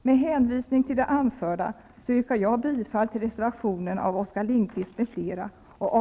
Med hänvisning till det anförda yrkar jag bifall till reservationen av Oskar Lindkvist m.fl.